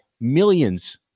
millions